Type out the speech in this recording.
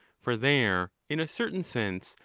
for there, in a certain sense,